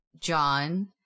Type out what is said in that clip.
John